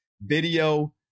video